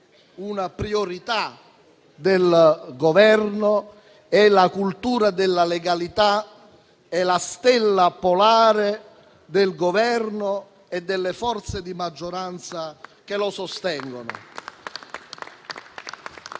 una priorità del Governo e la cultura della legalità è la stella polare del Governo e delle forze di maggioranza che lo sostengono.